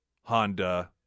Honda